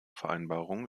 vereinbarung